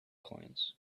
coins